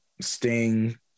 Sting